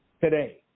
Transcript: today